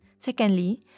Secondly